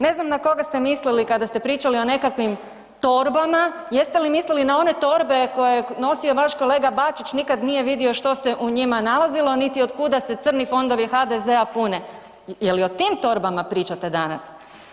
Ne znam na koga ste mislili kada ste pričali o nekakvim torbama, jeste li mislili na one torbe koje je nosio vaš kolega Bačić, nikad nije vidio što se u njima nalazilo niti od kuda se crni fondovi HDZ-a pune, je li o tim torbama pričate danas?